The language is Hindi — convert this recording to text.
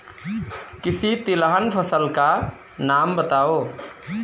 किसी तिलहन फसल का नाम बताओ